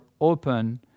open